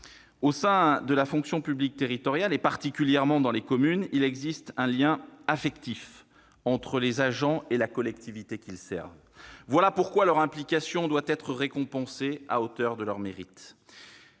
Au sein de la fonction publique territoriale et particulièrement dans les communes, il existe un lien affectif entre les agents et la collectivité qu'ils servent. Voilà pourquoi l'implication de ces personnels doit être récompensée à hauteur de leurs mérites.